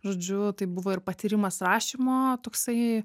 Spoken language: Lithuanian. žodžiu tai buvo ir patyrimas rašymo toksai